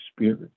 Spirit